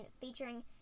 featuring